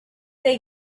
they